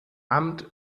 amt